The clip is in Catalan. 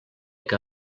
que